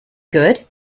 good